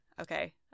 Okay